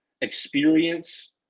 experience